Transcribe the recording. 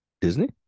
Disney